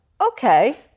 Okay